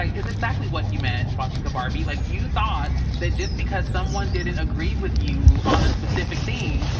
yeah. it's exactly what you meant, swastika barbie. like you thought that just because someone didn't agree with you on a specific thing,